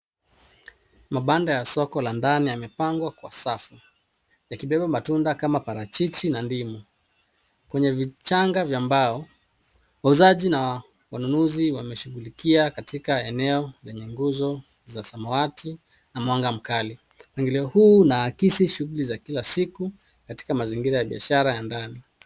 Mabanda ya soko la ndani yamepangwa kwa safu yakibeba matunda kama parachichi na ndimu. Kwenye vichanga vya mbao, wauzaji na wanunuzi wameshughulikia katika eneo lenye nguzo za samawati na mwanga mkali. Mwingilio huu unaakisi shughuli za kila siku katika mazingira ya biashara za ndani.